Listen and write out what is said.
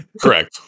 Correct